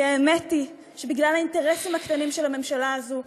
כי האמת היא שבגלל האינטרסים הקטנים של הממשלה הזו,